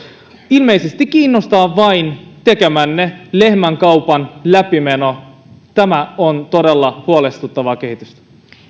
ilmeisesti kiinnostaa vain tekemänne lehmänkaupan läpimeno tämä on todella huolestuttavaa kehitystä